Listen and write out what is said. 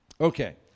Okay